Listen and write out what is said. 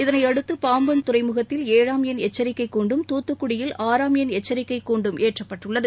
இதனையடுத்து பாம்பன் துறைமுகத்தில் ஏழாம் எண் எச்சரிக்கைக் கூண்டும் துத்துக்குடியில் ஆறாம் எண் எச்சரிக்கை கூண்டும் ஏற்றப்பட்டுள்ளது